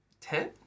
Ten